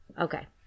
Okay